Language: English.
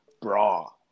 bra